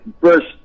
first